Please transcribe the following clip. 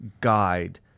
guide